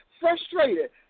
frustrated